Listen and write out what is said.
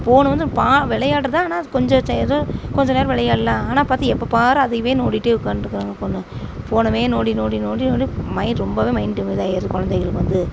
phone வந்து பா விளையாட்றது ஆனால் கொஞ்சம் எதோ கொஞ்சம் நேரம் விளையாட்லாம் ஆனால் பார்த்து எப்பப்பாரு அதையவே நோண்டிகிட்டே உக்கான்ட்ருக்காங்க ஃபோனயே நோண்டி நோண்டி நோண்டி நோண்டி மைண்ட் ரொம்பவே மைண்ட் இதாகிடுது குழந்தைங்களுக்கு வந்து